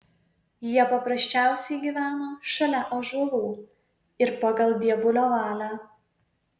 jie paprasčiausiai gyveno šalia ąžuolų ir pagal dievulio valią